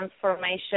transformation